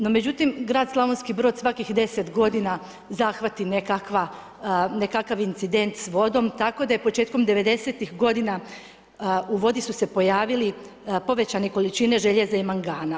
No, međutim, grad Slavonski Brod, svakih 10 g. zahvati nekakav incident s vodom, tako da je početkom '90. godina, u vodi su se pojavili povećane količine željeza i mangana.